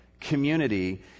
community